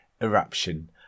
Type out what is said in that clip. eruption